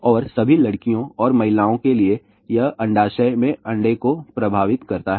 और सभी लड़कियों और महिलाओं के लिए यह अंडाशय में अंडे को प्रभावित करता है